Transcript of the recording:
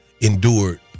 endured